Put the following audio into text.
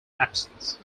absence